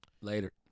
Later